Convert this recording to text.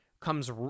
comes